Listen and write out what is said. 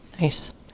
Nice